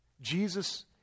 Jesus